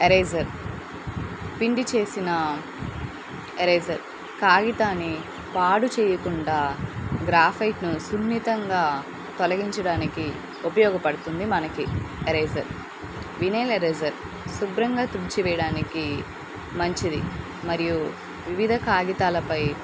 eraser పిండి చేసిన eraser కాగితాన్ని పాడు చేయకుండా గ్రాఫైట్ను సున్నితంగా తొలగించడానికి ఉపయోగపడుతుంది మనకి ఎరేజర్ వినల్ ఎరేజర్ శుభ్రంగా తుడిచి వేయడానికి మంచిది మరియు వివిధ కాగితాలపై